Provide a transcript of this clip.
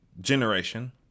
generation